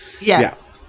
yes